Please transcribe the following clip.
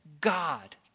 God